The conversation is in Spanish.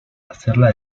hacerla